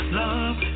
love